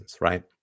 right